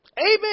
Amen